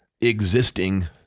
existing